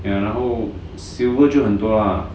ya 然后 silver 就很多 lah